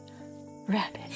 rabbit